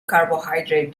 carbohydrate